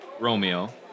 Romeo